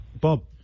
Bob